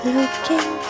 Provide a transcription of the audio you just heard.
Looking